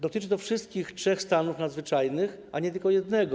Dotyczy to wszystkich trzech stanów nadzwyczajnych, a nie tylko jednego.